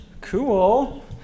Cool